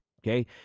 Okay